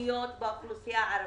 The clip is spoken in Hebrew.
תוכניות באוכלוסייה הערבית,